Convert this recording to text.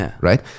right